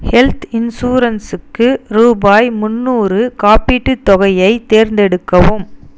health இன்சூரன்ஸுக்கு ரூபாய் முந்நூறு காப்பீட்டுத் தொகையை தேர்ந்தெடுக்கவும்